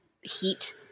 heat